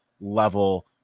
level